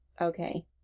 Okay